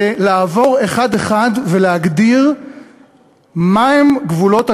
לעבור אחד-אחד ולהגדיר מה הם גבולות הגזרה,